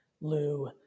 Lou